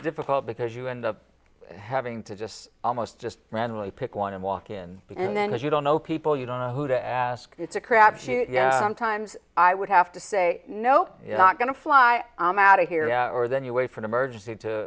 difficult because you end up having to just almost just randomly pick one and walk in and then if you don't know people you don't know who to ask it's a crapshoot yeah sometimes i would have to say no it's not going to fly i'm outta here or then you wait for an emergency to